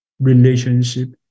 relationship